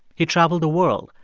he traveled the world,